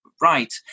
right